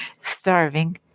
starving